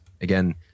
Again